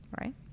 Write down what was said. right